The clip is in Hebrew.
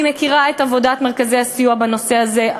אני מכירה את עבודת מרכזי הסיוע בנושא הזה,